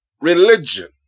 religion